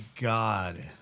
God